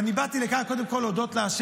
ואני באתי לכאן קודם כול להודות לה'